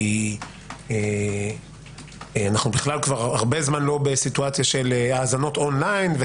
כי אנחנו כבר הרבה זמן בכלל לא בסיטואציה של האזנות אונליין,